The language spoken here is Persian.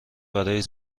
برای